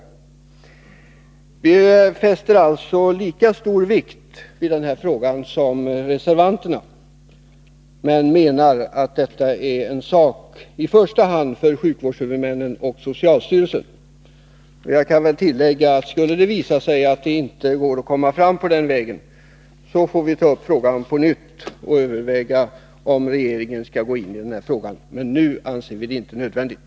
Inom utskottet fäster vi alltså lika stor vikt vid denna fråga som reservanterna men menar att den i första hand åligger sjukvårdshuvudmännen och socialstyrelsen. Skulle det emellertid visa sig att det inte går att komma fram den vägen, får vi ta upp frågan på nytt och överväga om regeringen skall gå in. Men nu anser vi det inte nödvändigt.